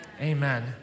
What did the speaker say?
Amen